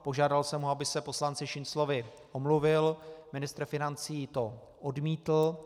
Požádal jsem ho, aby se poslanci Šinclovi omluvil, ministr financí to odmítl.